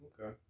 Okay